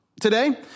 today